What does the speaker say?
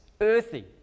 earthy